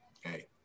hey